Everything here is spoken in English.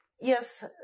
yes